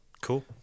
Cool